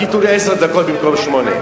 רק ייתנו לי עשר דקות במקום שמונה.